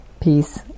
Peace